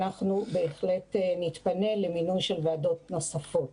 בהחלט נתפנה למינוי של ועדות נוספות.